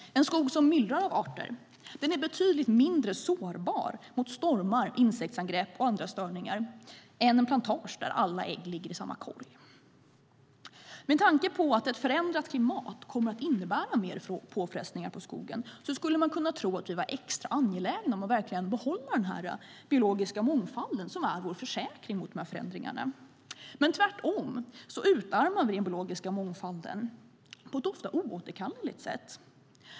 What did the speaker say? En skog som myllrar av arter är betydligt mindre sårbar för stormar, insektsangrepp och andra störningar än en plantage där alla ägg ligger i samma korg. Med tanke på att ett förändrat klimat kommer att innebära mer påfrestningar på skogen skulle man kunna tro att vi var extra angelägna om att verkligen behålla den biologiska mångfald som är vår försäkring mot de här förändringarna. Men tvärtom utarmar vi den biologiska mångfalden på ett ofta oåterkalleligt sätt.